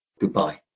Goodbye